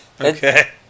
Okay